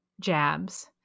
jabs